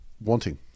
wanting